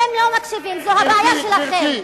אתם לא מקשיבים, זו הבעיה שלכם.